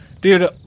Dude